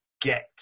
get